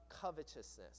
covetousness